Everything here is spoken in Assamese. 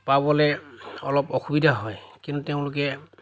পাবলৈ অলপ অসুবিধা হয় কিন্তু তেওঁলোকে